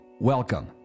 Welcome